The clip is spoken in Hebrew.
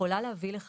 יכולה להביא גם